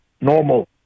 normal